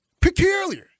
peculiar